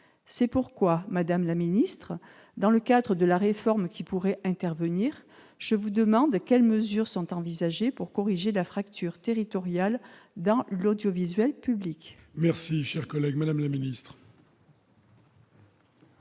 C'est pourquoi, madame la ministre, dans le cadre de la réforme qui pourrait intervenir, je vous demande de préciser les mesures envisagées pour corriger la fracture territoriale dans l'audiovisuel public. La parole est à Mme la ministre.